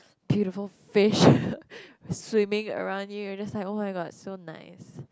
beautiful fish swimming around you and just like oh my god so nice